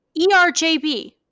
ERJB